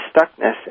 stuckness